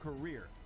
career